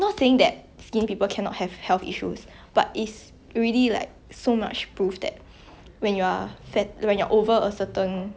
fat when you're over a certain body weight it significantly it significantly like increase the chances of you getting